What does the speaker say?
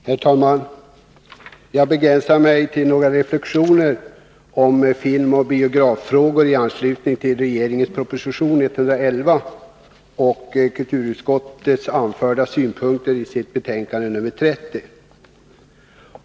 Herr talman! Jag begränsar mig till några reflexioner om filmoch biograffrågor i anslutning till regeringens proposition nr 111 och kulturutskottets anförda synpunkter i dess betänkande nr 30.